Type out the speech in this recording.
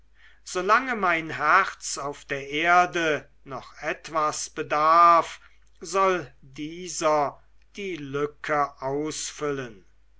solange mein herz auf der erde noch etwas bedarf soll dieser die lücke ausfüllen